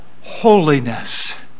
Holiness